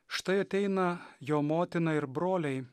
štai ateina jo motina ir broliai